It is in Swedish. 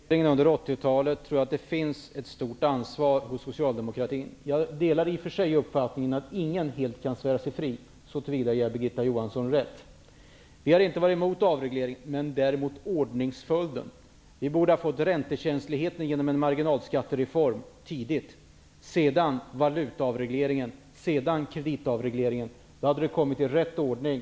Herr talman! För den misslyckade avregleringen under 80-talet tror jag att det finns ett stort ansvar hos socialdemokratin. Jag delar i och för sig uppfattningen att ingen helt kan svära sig fri. Så till vida ger jag Birgitta Johansson rätt. Vi har inte varit emot avreglering, däremot har vi vänt oss mot ordningsföljden. Vi borde ha fått räntekänsligheten genom en tidig marginalskattereform, sedan valutaavregleringen och sedan kreditavregleringen. Då hade det kommit i rätt ordning.